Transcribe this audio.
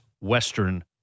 Western